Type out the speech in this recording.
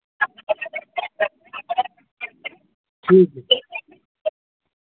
ठीक है